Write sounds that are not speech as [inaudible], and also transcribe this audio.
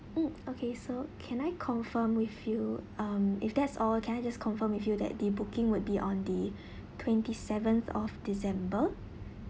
mm okay so can I confirm with you um if that's all can I just confirm with you that the booking would be on the [breath] twenty seventh of december